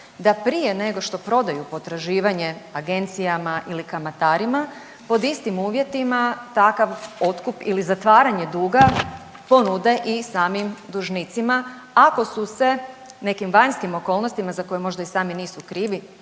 da prije nego što prodaju potraživanje agencijama ili kamatarima pod istim uvjetima takav otkup ili zatvaranje duga ponude i samim dužnicima ako su se nekim vanjskim okolnostima za koje možda i sami nisu krivi